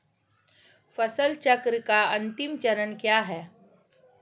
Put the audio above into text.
फसल चक्र का अंतिम चरण क्या है?